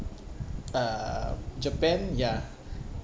uh japan ya